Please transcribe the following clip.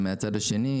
מהצד השני,